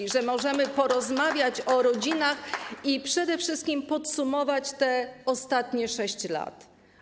Dziękuję, że możemy porozmawiać o rodzinach i przede wszystkim podsumować ostatnie 6 lat.